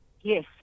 Yes